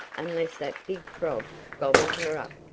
unless that big frog gobbled her up,